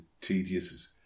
tedious